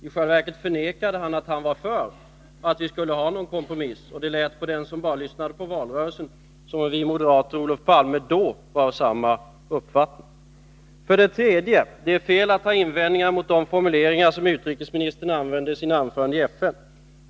I själva verket förnekade han att han var för att vi skulle ha någon kompromiss. För den som bara lyssnade på valrörelsen lät det som om vi moderater och Olof Palme var av samma uppfattning. 3. Det är fel att ha invändningar mot de formuleringar som utrikesministern använder i sina anföranden i FN.